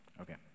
Okay